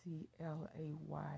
C-L-A-Y